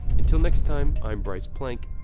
until next time, i'm bryce plank.